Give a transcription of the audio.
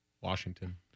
Washington